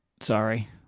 sorry